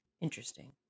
interesting